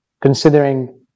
considering